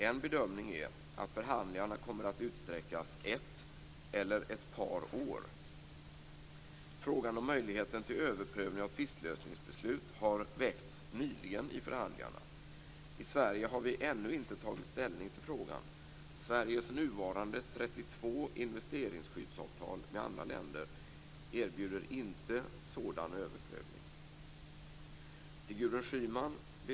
En bedömning är att förhandlingarna kommer att utsträckas ett eller ett par år. Frågan om möjligheten till överprövning av tvistlösningsbeslut har nyligen väckts i förhandlingarna. I Sverige har vi ännu inte tagit ställning till frågan. Sveriges nuvarande 32 investeringsskyddsavtal med andra länder erbjuder inte sådan överprövning.